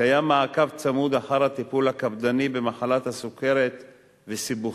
קיים מעקב צמוד אחר הטיפול הקפדני במחלת הסוכרת וסיבוכיה,